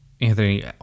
Anthony